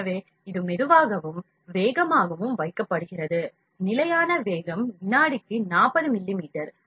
எனவே இது மெதுவாகவும் வேகமாகவும் வைக்கப்படுகிறது நிலையான வேகம் வினாடிக்கு 40 மில்லிமீட்டர்